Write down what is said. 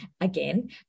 again